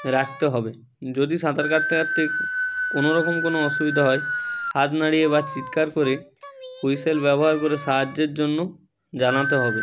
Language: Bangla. রাখতে হবে যদি সাঁতার কাটতে কাটতে কোনো রকম কোনো অসুবিধা হয় হাত নাড়িয়ে বা চিৎকার করে হুইসেল ব্যবহার করে সাহায্যের জন্য জানাতে হবে